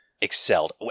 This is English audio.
Excelled